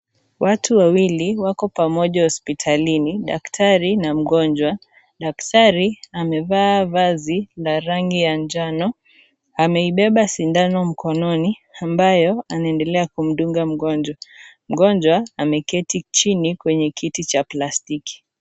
Watu wawili wako pamoja hospitalini daktari na mgonjwa. Daktari amevaa vazi la rangi ya njano ameibeba sindano mkononi ambayo anaendelea kumdunga mgonjwa. Mgonjwa ameketi chini kwenye kiti cha plastiki.